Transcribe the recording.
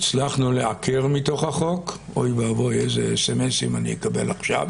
הצלחנו לעקר מתוך החוק אוי ואבוי איזה סמ"סים אני אקבל עכשיו